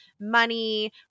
money